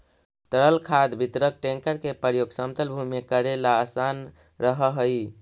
तरल खाद वितरक टेंकर के प्रयोग समतल भूमि में कऽरेला असान रहऽ हई